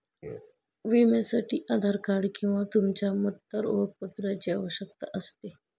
विम्यासाठी आधार कार्ड किंवा तुमच्या मतदार ओळखपत्राची आवश्यकता असते